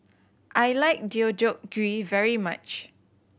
I like Deodeok Gui very much